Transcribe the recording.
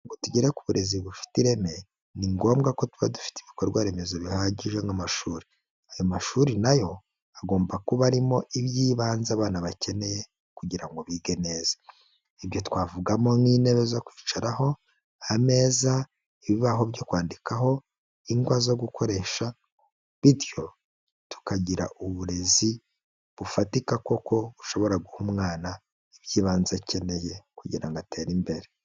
Kugira ngo tugera ku burezi bufite ireme, ni ngombwa ko tuba dufite ibikorwaremezo bihagije nk'amashuri. Ayo mashuri na yo agomba kuba arimo iby'ibanze abana bakeneye kugira ngo bige neza. Ibyo twavugamo nk'intebe zo kwicaraho, ameza, ibibaho byo kwandikaho, ingwa zo gukoresha, bityo tukagira uburezi bufatika koko bushobora guha umwana iby'ibanze akeneye kugira ngo atere imbere.